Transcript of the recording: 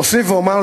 אוסיף ואומר,